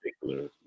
particular